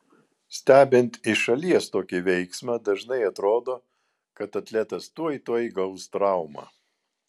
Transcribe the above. stebint iš šalies tokį veiksmą dažnai atrodo kad atletas tuoj tuoj gaus traumą